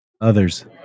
Others